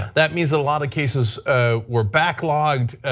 that means a lot of cases ah were backlogged,